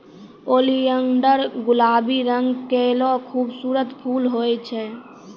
oleander गुलाबी रंग केरो खूबसूरत फूल होय छै